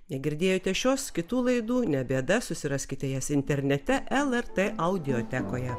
negirdėjote šios kitų laidų ne bėda susiraskite jas internete lrt audiotekoje